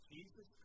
Jesus